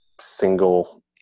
single